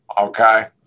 Okay